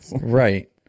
right